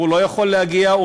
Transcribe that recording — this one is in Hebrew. הוא לא יכול להגיע,